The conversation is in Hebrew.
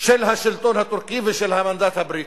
של השלטון הטורקי ושל המנדט הבריטי,